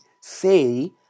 say